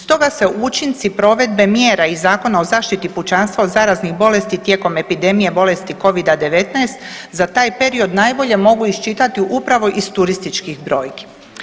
Stoga se učinci provedbe mjera iz Zakona o zaštiti pučanstva od zaraznih bolesti tijekom epidemije bolesti Covid-19 za taj period najbolje mogu iščitati upravo iz turističkih brojki.